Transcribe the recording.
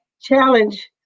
challenge